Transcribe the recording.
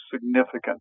significant